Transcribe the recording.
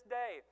day